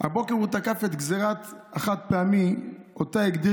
הבוקר תקף את גזרת החד-פעמי והגדיר